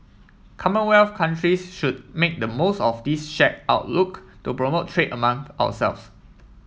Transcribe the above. commonwealth countries should make the most of this shared outlook to promote trade among ourselves